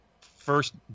first